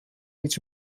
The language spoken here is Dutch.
iets